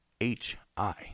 H-I